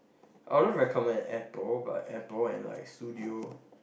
I wouldn't recommend Apple but Apple and like Sudio